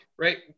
Right